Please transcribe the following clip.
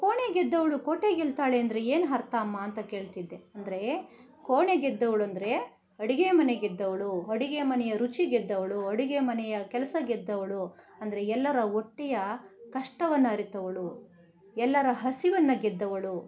ಕೋಣೆ ಗೆದ್ದವಳು ಕೋಟೆ ಗೆಲ್ತಾಳೆ ಅಂದರೆ ಏನು ಅರ್ಥ ಅಮ್ಮ ಅಂತ ಕೇಳ್ತಿದ್ದೆ ಅಂದರೆ ಕೋಣೆ ಗೆದ್ದವಳು ಅಂದರೆ ಅಡುಗೆ ಮನೆ ಗೆದ್ದವಳು ಅಡುಗೆ ಮನೆಯ ರುಚಿ ಗೆದ್ದವಳು ಅಡುಗೆ ಮನೆಯ ಕೆಲಸ ಗೆದ್ದವಳು ಅಂದರೆ ಎಲ್ಲರ ಹೊಟ್ಟೆಯ ಕಷ್ಟವನ್ನು ಅರಿತವಳು ಎಲ್ಲರ ಹಸಿವನ್ನು ಗೆದ್ದವಳು